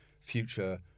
future